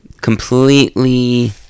Completely